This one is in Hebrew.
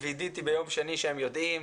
ווידאתי ביום שני שהם יודעים,